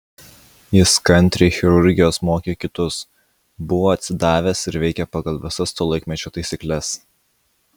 jis kantriai chirurgijos mokė kitus buvo atsidavęs ir veikė pagal visas to laikmečio taisykles